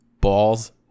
Balls